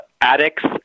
addicts